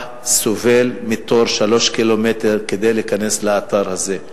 סובל בתור של 3 קילומטר כדי להיכנס לאתר הזה.